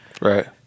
Right